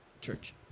church